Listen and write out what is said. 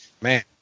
man